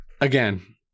again